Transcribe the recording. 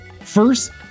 First